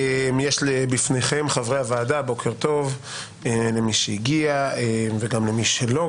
יש בפניכם חברי הוועדה בוקר טוב למי שהגיע וגם למי שלא,